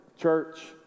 church